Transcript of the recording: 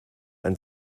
ein